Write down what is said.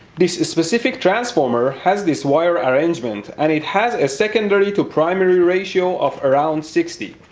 this specific transformer has this wire arrangement, and it has a secondary to primary ratio of around sixty.